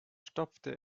stopfte